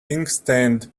inkstand